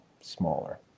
smaller